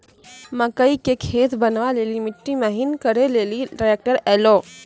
मकई के खेत बनवा ले ली मिट्टी महीन करे ले ली ट्रैक्टर ऐलो?